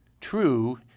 True